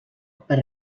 per